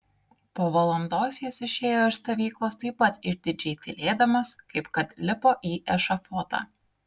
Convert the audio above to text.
po valandos jis išėjo iš stovyklos taip pat išdidžiai tylėdamas kaip kad lipo į ešafotą